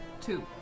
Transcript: Two